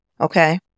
okay